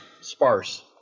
sparse